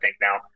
now